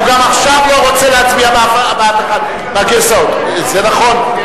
השר מיכאל איתן: כבוד השר איתן,